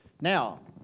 Now